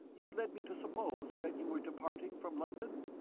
you led me to suppose that you were departing from london?